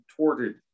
torted